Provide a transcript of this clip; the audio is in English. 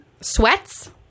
sweats